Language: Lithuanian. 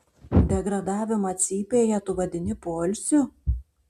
degradavimą cypėje tu vadini poilsiu